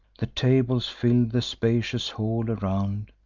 the tables fill'd the spacious hall around,